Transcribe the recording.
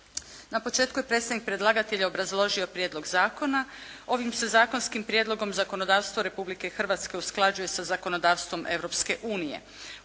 Na početku je predstavnik predlagatelja obrazložio prijedlog zakona. Ovim se zakonskim prijedlogom zakonodavstvo Republike Hrvatske usklađuje sa zakonodavstvom Europske unije.